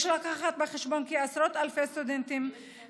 יש לקחת בחשבון כי עשרות אלפי צעירים,